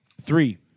Three